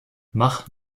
mach